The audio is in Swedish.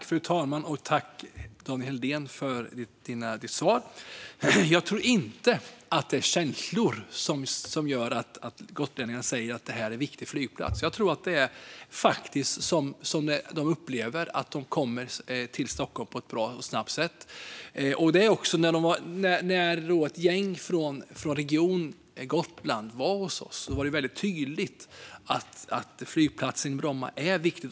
Fru talman! Tack, Daniel Helldén, för svaren! Jag tror inte att det är känslor som gör att gotlänningarna säger att det är en viktig flygplats. De upplever att de kommer till Stockholm på ett bra och snabbt sätt. När ett gäng från Region Gotland var hos oss var det väldigt tydligt att flygplatsen Bromma är viktig.